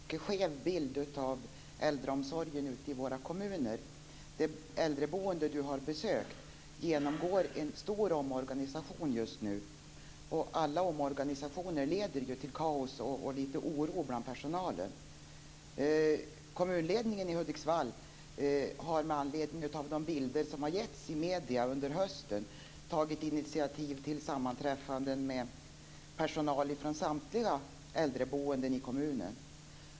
Fru talman! Tycker inte Thomas Julin att han bidrar till att ge en mycket skev bild av äldreomsorgen ute i våra kommuner? Det hem för äldreboende som Thomas Julin har besökt genomgår en stor omorganisation just nu. Alla omorganisationer leder ju till kaos och litet oro bland personalen. Kommunledningen i Hudiksvall har med anledning av de bilder som har givits i medierna under hösten tagit initiativ till sammanträffanden med personal från samtliga hem för äldreboende i kommunen.